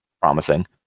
promising